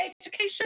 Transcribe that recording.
education